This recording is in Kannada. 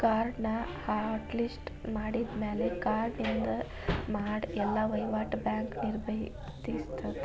ಕಾರ್ಡ್ನ ಹಾಟ್ ಲಿಸ್ಟ್ ಮಾಡಿದ್ಮ್ಯಾಲೆ ಕಾರ್ಡಿನಿಂದ ಮಾಡ ಎಲ್ಲಾ ವಹಿವಾಟ್ನ ಬ್ಯಾಂಕ್ ನಿರ್ಬಂಧಿಸತ್ತ